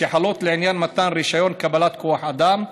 שחלות לעניין מתן רישיון קבלן כוח אדם,